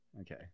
Okay